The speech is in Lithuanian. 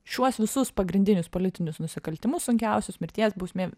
šiuos visus pagrindinius politinius nusikaltimus sunkiausius mirties bausmė